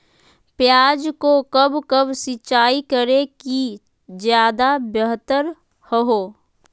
प्याज को कब कब सिंचाई करे कि ज्यादा व्यहतर हहो?